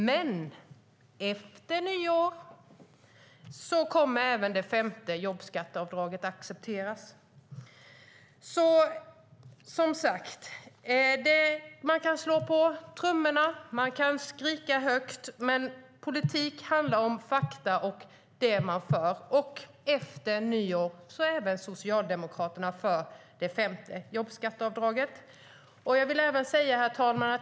Men efter nyår kommer även det femte jobbskatteavdraget att accepteras. Som sagt: Man kan slå på trumman och skrika högt. Men politik handlar om fakta och vilka frågor man driver. Efter nyår är även Socialdemokraterna för det femte jobbskatteavdraget. Herr talman!